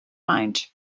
mind